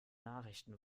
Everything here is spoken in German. nachrichten